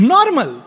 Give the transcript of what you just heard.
Normal